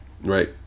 Right